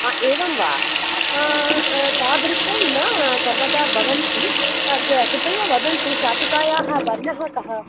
हा एवं वा तादृशं न सर्वदा भवन्ति कृ कृपया वदन्तु शाटिकायाः वर्णः कः